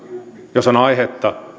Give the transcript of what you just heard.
jos on aihetta